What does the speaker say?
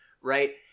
right